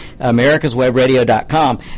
americaswebradio.com